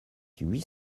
huit